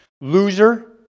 Loser